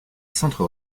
centre